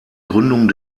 gründung